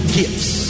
gifts